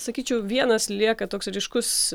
sakyčiau vienas lieka toks ryškus